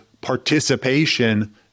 participation